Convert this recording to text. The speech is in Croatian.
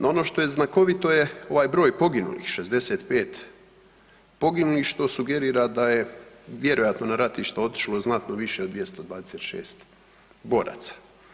No, ono što je znakovito je ovaj broj poginulih, 65 poginulih, što sugerira da je vjerojatno na ratište otišlo znatno više od 226 boraca.